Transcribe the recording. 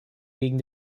gegen